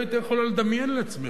את לא היית יכולה לדמיין לעצמך.